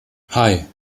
hei